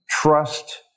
trust